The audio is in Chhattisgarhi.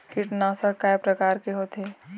कीटनाशक कय प्रकार के होथे?